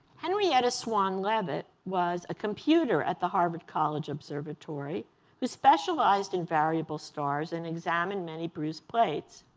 henrietta swan leavitt was a computer at the harvard college observatory who specialized in variable stars and examined many bruce plates.